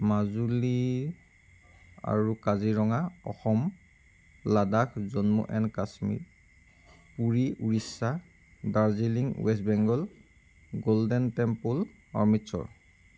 মাজুলী আৰু কাজিৰঙা অসম লাডাখ জম্মু এণ্ড কাশ্মীৰ পুৰি উৰিষ্যা দাৰ্জিলিং ৱেষ্ট বেংগল গ'ল্ডেন টেম্পল অমৃতচৰ